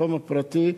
מכספם הפרטי.